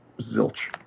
zilch